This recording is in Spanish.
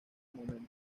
momento